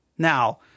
Now